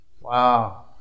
Wow